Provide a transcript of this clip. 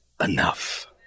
enough